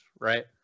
right